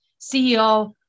CEO